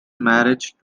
marriage